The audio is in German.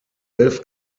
elf